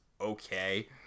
Okay